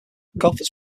golfers